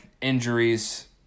injuries